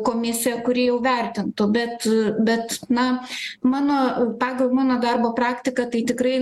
komisiją kuri jau vertintų bet bet na mano pagal mano darbo praktiką tai tikrai